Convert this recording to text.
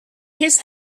his